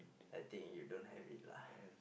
I think you don't have it lah